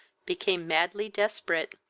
became madly desperate,